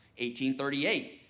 1838